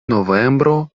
novembro